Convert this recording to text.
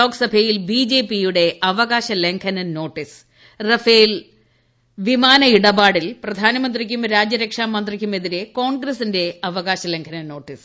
ലോക്സഭയിൽ ബി ജെപിയുടെ അവകാശ ലംഘന നോട്ടീസ് റാഫേൽ വിമാന ഇടപാടിൽ പ്രധാനമന്ത്രിക്കും രാജ്യരക്ഷ മന്ത്രിക്കും എതിരെ കോൺഗ്രസിന്റെ അവകാശ ലംഘന നോട്ടീസ്